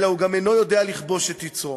אלא הוא גם אינו יודע לכבוש את יצרו,